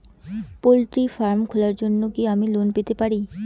Poultry farm খোলার জন্য কি আমি লোন পেতে পারি?